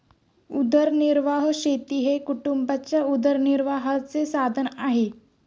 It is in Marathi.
उदरनिर्वाह शेती हे कुटुंबाच्या उदरनिर्वाहाचे साधन आहे